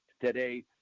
today